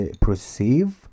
perceive